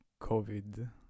COVID